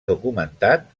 documentat